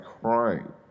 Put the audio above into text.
crying